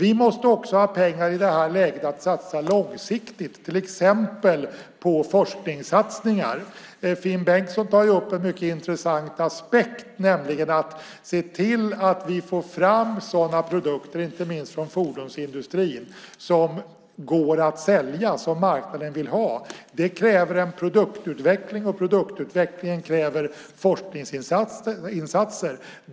I det här läget måste vi dessutom ha pengar till att satsa långsiktigt, till exempel på forskning. Finn Bengtsson tar upp en mycket intressant aspekt, nämligen att det gäller att se till att vi får fram sådana produkter, inte minst inom fordonsindustrin, som går att sälja, som marknaden vill ha. Det kräver produktutveckling, och produktutveckling kräver forskningsinsatser.